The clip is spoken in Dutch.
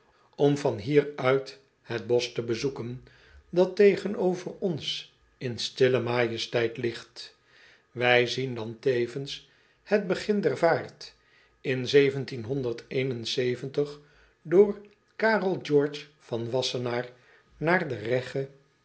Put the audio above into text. om van hier uit het bosch te bezoeken dat tegenover ons in stille majesteit ligt ij zien dan tevens het begin der vaart in door arel eorge van assenaar naar de egge